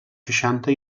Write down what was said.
seixanta